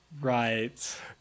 Right